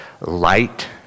light